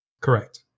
correct